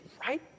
right